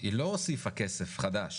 היא לא הוסיפה כסף חדש